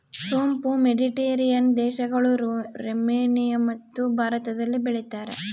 ಸೋಂಪು ಮೆಡಿಟೇರಿಯನ್ ದೇಶಗಳು, ರುಮೇನಿಯಮತ್ತು ಭಾರತದಲ್ಲಿ ಬೆಳೀತಾರ